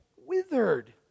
withered